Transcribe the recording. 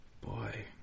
Boy